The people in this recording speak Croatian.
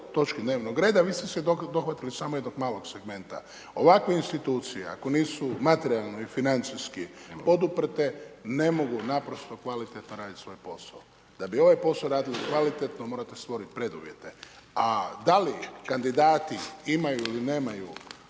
točki dnevnog reda vi ste se dohvatili samo jednog malog segmenta. Ovakve institucije ako nisu materijalno i financijski poduprte ne mogu naprosto kvalitetno raditi svoj posao. Da bi ovaj posao radili kvalitetno morate stvoriti preduvjete, a da li kandidati imaju ili nemaju